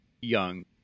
young